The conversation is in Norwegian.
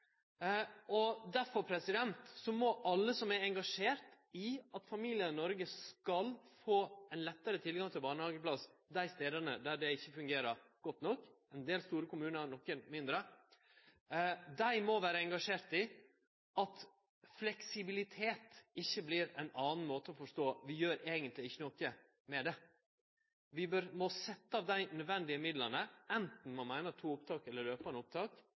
Derfor må alle som er engasjerte i at familiane i Noreg skal få lettare tilgang til barnehageplass dei stadene der det ikkje fungerer godt nok – i ein del store kommunar, nokon mindre – vere engasjerte i at fleksibilitet ikkje vert ein annan måte å forstå at vi gjer eigentleg ikkje noko med det. Vi må setje av dei nødvendige midlane, anten ein meiner to opptak eller løpande opptak,